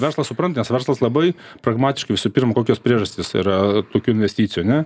verslas supranta nes verslas labai pragmatiškai visų pirma kokios priežastys yra tokių investicijų ane